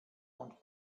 und